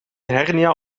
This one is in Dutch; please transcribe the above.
hernia